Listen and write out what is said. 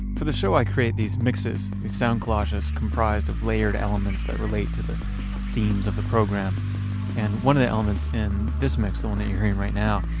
for the show, i create these mixes. these sound collages comprised of layered elements that relate to the themes of the program. and one of the elements in this mix, the one that you're hearing right now,